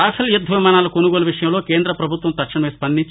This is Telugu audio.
రఫెల్ యుద్గ విమానాల కొనుగోలు విషయంలో కేంద్రపభుత్వం తక్షణమే స్పందించి